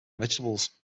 vegetables